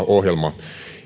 ohjelmaa